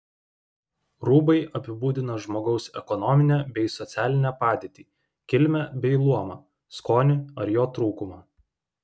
rūbai apibūdina žmogaus ekonominę bei socialinę padėtį kilmę bei luomą skonį ar jo trūkumą